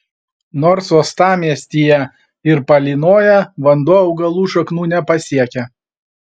nors uostamiestyje ir palynoja vanduo augalų šaknų nepasiekia